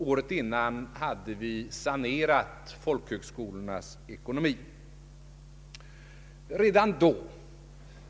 Året dessförinnan hade vi sanerat folkhögskolornas ekonomi.